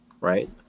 right